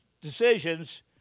decisions